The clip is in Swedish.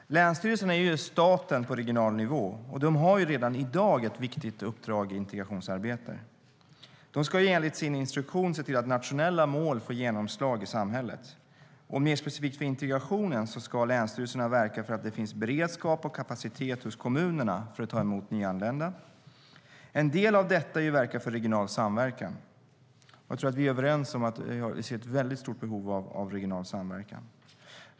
Herr talman! Länsstyrelserna är staten på regional nivå, och de har redan i dag ett viktigt uppdrag när det gäller integrationsarbete. De ska enligt sin instruktion se till att nationella mål får genomslag i samhället. Och mer specifikt för integrationen ska länsstyrelserna verka för att kommunerna ska ha beredskap för och kapacitet att ta emot nyanlända. En del av detta handlar om att verka för regional samverkan. Jag tror att vi är överens om att vi har ett stort behov av regional samverkan.